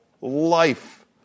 life